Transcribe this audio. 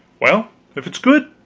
well, if it is good,